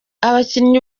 abakinnyi